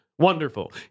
Wonderful